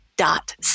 dot